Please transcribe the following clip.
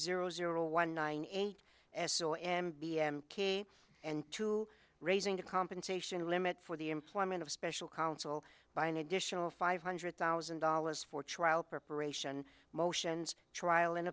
zero zero one nine eight s o m b m k and to raising the compensation limit for the employment of special counsel by an additional five hundred thousand dollars for trial preparation motions trial an